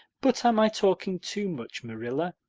but am i talking too much, marilla?